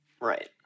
right